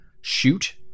shoot